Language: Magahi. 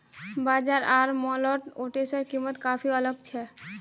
बाजार आर मॉलत ओट्सेर कीमत काफी अलग छेक